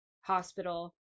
hospital